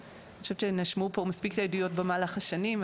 אני חושבת שנשמעו פה מספיק עדויות במהלך השנים,